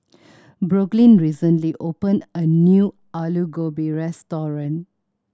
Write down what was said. Brooklyn recently opened a new Alu Gobi Restaurant